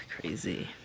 crazy